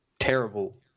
terrible